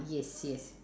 yes yes